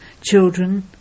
Children